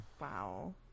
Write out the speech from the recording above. wow